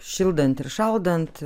šildant ir šaldant